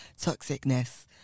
Toxicness